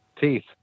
teeth